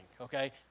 okay